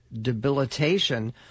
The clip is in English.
debilitation